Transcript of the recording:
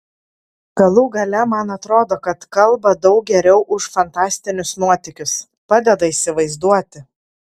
galų gale man atrodo kad kalba daug geriau už fantastinius nuotykius padeda įsivaizduoti